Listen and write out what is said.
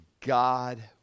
God